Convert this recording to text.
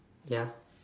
ya